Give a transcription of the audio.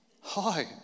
hi